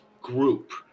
group